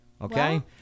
Okay